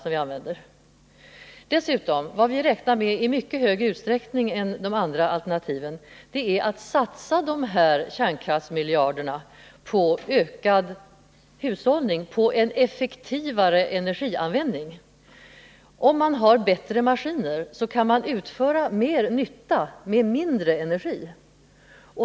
Vad vi som företräder linje 3 räknar med i mycket större utsträckning än företrädarna för de andra alternativen är att satsa kärnkraftsmiljarderna på ökad hushållning, på en effektivare energianvändning. Om man har bättre maskiner kan man göra mer nytta med mindre energi.